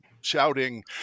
shouting